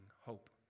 hope